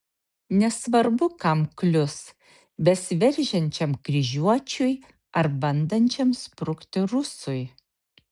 nesvarbu kam klius besiveržiančiam kryžiuočiui ar bandančiam sprukti rusui